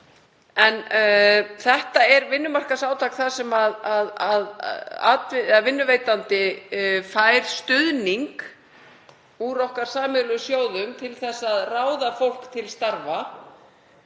En þetta er vinnumarkaðsátak þar sem vinnuveitandi fær stuðning úr okkar sameiginlegu sjóðum til að ráða fólk til starfa